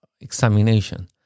examination